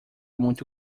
muito